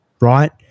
right